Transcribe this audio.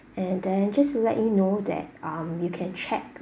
and then just to let you know that um you can check